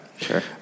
Sure